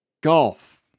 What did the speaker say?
golf